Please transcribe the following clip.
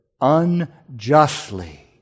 unjustly